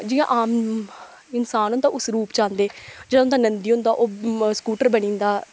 जियां आम इसांन होंदा उस रूप च आंदे जेह्ड़ा उं'दा नंदी होंदा ओह् स्कूटर बनी जंदा